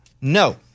No